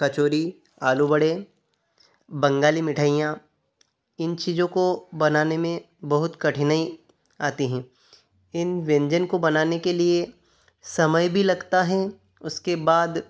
कचौड़ी आलू वड़े बंगाली मिठाइयाँ इन चीजों को बनाने में बहुत कठिनाई आती हैं इन व्यंजन को बनाने के लिए समय भी लगता है उसके बाद